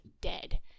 dead